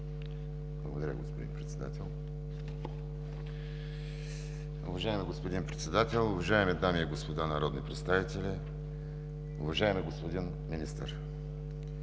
Благодаря Ви, господин Председател. Уважаеми господин Председател, уважаеми дами и господа народни представители! Уважаеми господин Министър,